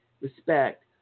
respect